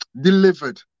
delivered